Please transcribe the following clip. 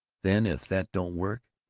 then if that don't work,